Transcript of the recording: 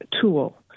tool